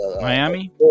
Miami